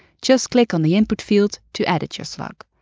just click on the input field to edit your slug.